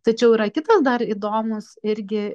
tačiau yra kitas dar įdomus irgi